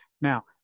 Now